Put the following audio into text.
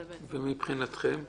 מה מבחינתכם?